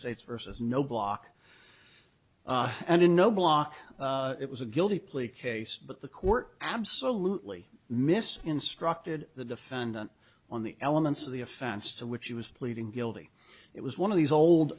states versus no block and in no block it was a guilty plea case but the court absolutely miss instructed the defendant on the elements of the offense to which he was pleading guilty it was one of these old